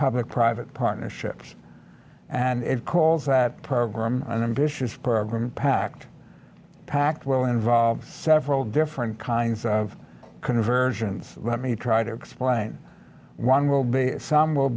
public private partnerships and it calls that program and vicious program pact pact will involve several different kinds of conversions let me try to explain one will be some will